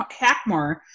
Hackmore